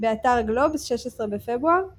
באתר גלובס, 16 בפברואר 2018